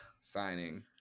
signing